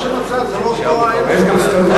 יש גם סקרים אחרים, שאומרים לך,